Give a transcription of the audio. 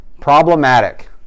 Problematic